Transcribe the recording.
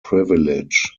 privilege